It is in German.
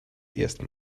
erst